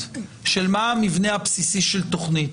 של מה המבנה הבסיסי של תוכנית,